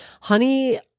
honey